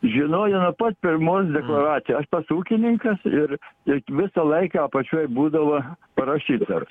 žinojo nuo pat pirmos dekoracijos aš pats ūkininkas ir ir visą laiką apačioj būdavo parašyta